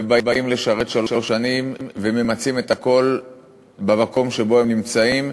ובאים לשרת שלוש שנים וממצים את הכול במקום שבו הם נמצאים,